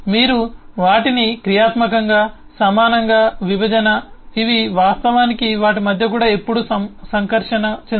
మీరు వాటిని క్రియాత్మకంగా సమానంగా విభజన ఇవి వాస్తవానికి వాటి మధ్య కూడా ఎప్పుడూ సంకర్షణ చెందవు